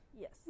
Yes